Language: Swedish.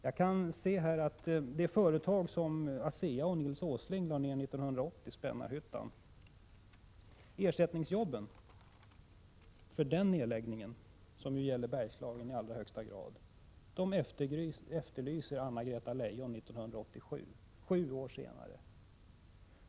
Jag kan se att ersättningsjobben för det företag som ASEA och Nils Åsling lade ned 1980, Spännarhyttan, som gäller Bergslagen i allra högsta grad, efterlyser Anna-Greta Leijon 1987 — sju år senare.